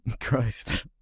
Christ